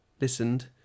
listened